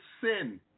sin